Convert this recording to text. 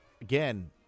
again